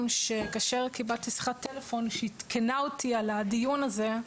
שכאשר קיבלתי שיחת טלפון שעדכנה אותי על הדיון הזה,